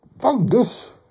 Fungus